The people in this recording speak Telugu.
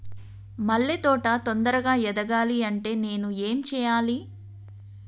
మల్లె తోట తొందరగా ఎదగాలి అంటే నేను ఏం చేయాలి?